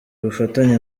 ubufatanye